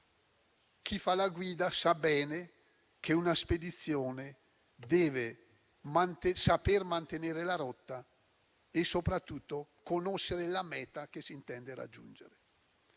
Chi fa la guida sa bene che una spedizione deve saper mantenere la rotta e, soprattutto, conoscere la meta che si intende raggiungere.